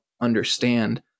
understand